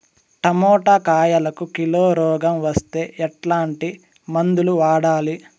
Tomato కాయలకు kilo రోగం వస్తే ఎట్లాంటి మందులు వాడాలి?